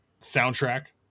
Soundtrack